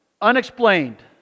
Unexplained